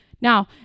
Now